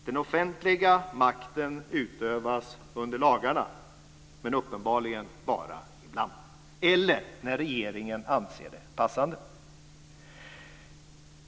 Den offentliga makten utövas under lagarna, men uppenbarligen bara ibland eller när regeringen anser det passande.